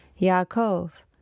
Yaakov